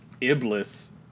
Iblis